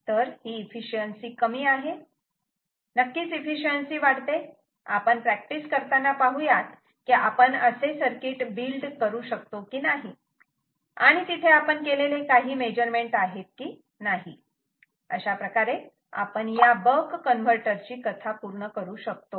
तर ही एफिशिएन्सी कमी आहे नक्कीच एफिशिएन्सी वाढते आपण प्रॅक्टिस करताना पाहुयात की आपण असे सर्किट बिल्ड करू शकतो की नाही आणि तिथे आपण केलेले काही मेजरमेंट आहेत की नाही अशाप्रकारे आपण या बक कन्वर्टर ची कथा पूर्ण करू शकतो